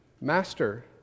Master